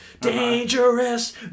Dangerous